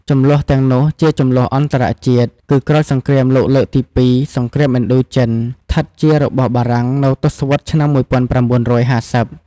ជម្លោះទាំងនោះជា ជម្លោះអន្តរជាតិ គឺក្រោយសង្គ្រាមលោកលើកទីពីរសង្រ្គាមឥណ្ឌូចិនឋិតជារបស់បារាំងនៅទសវត្សរ៍ឆ្នាំ ១៩៥០។